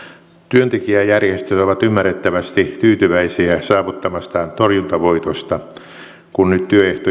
työntekijäjärjestöt ovat ymmärrettävästi tyytyväisiä saavuttamastaan torjuntavoitosta kun nyt työehtojen yleissitovuus säilyy ennallaan